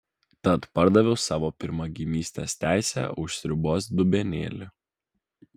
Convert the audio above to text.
tad pardaviau savo pirmagimystės teisę už sriubos dubenėlį